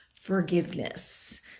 forgiveness